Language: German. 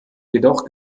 jedoch